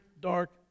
dark